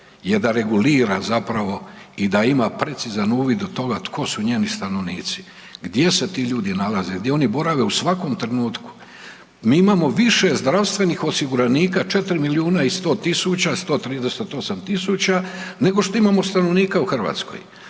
je da regulira zapravo i da ima precizan uvid u to tko su njeni stanovnici, gdje se ti ljudi nalaze, gdje oni borave u svakom trenutku. Mi imamo više zdravstvenih osiguranika, 4 milijuna i 100 tisuća, 138 tisuća nego što imamo stanovnika u Hrvatskoj.